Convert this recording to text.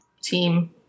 Team